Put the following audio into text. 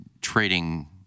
trading